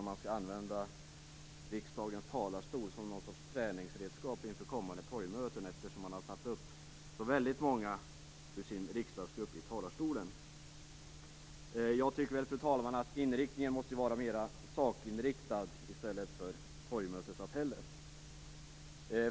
Skall man använda riksdagens talarstol som något slags träningsredskap inför kommande torgmöten eftersom man har satt upp så väldigt många ur sin riksdagsgrupp i talarstolen? Jag tycker, fru talman, att inriktningen måste vara mer saklig i stället för de här torgmötesapellerna.